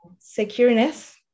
secureness